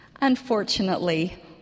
Unfortunately